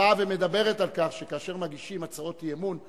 הבאה ומדברת על כך שכאשר מגישים הצעות אי-אמון,